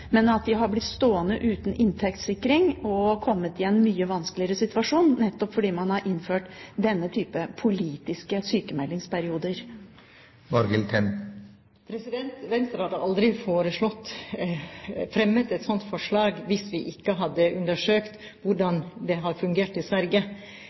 men har blitt stående uten inntektssikring og kommet i en mye vanskeligere situasjon, nettopp fordi man har innført denne typen politiske sykmeldingsperioder? Venstre hadde aldri fremmet et slikt forslag hvis vi ikke hadde undersøkt